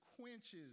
quenches